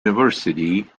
university